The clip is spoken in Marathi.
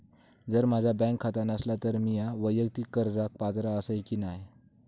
जर माझा बँक खाता नसात तर मीया वैयक्तिक कर्जाक पात्र आसय की नाय?